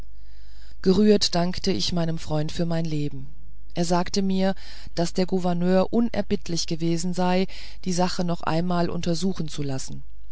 gerührt dankte ich meinem freund für mein leben er sagte mir daß der gouverneur unerbittlich gewesen sei die sache noch einmal untersuchen zu lassen